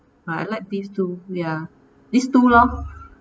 I like these two ya these two lor